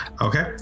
Okay